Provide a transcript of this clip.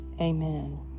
Amen